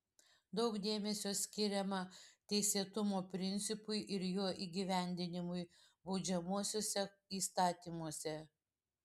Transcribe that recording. daug dėmesio skiriama teisėtumo principui ir jo įgyvendinimui baudžiamuosiuose įstatymuose